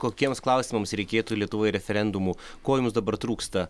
kokiems klausimams reikėtų lietuvoje referendumų ko jums dabar trūksta